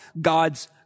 God's